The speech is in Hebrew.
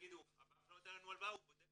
יגידו "הבנק לא נותן לנו הלוואה, הוא בודק